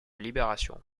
libération